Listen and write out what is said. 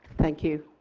thank you.